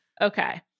Okay